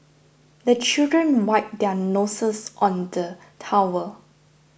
the children wipe their noses on the towel